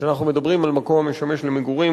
כשאנחנו מדברים על מקום המשמש למגורים,